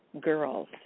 girls